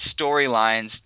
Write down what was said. storylines